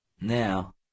Now